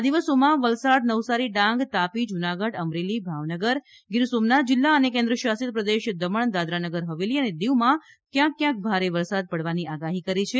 આ દિવસોમાં વલસાડ નવસારી ડાંગ તાપી જૂનાગઢ અમરેલી ભાવનગર ગીર સોમનાથ જીલ્લા અને કેન્નશાસિત પ્રદેશ દમણ દાદરાનગર હવેલી અને દિવમાં ક્યાંક ક્યાંક ભારે વરસાદ પડવાની આગાહી કરાઇ છે